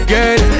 Girl